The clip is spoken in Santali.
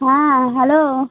ᱦᱮᱸ ᱦᱮᱞᱳ